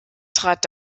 trat